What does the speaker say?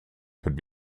could